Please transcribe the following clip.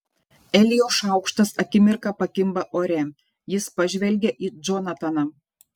elijo šaukštas akimirką pakimba ore jis pažvelgia į džonataną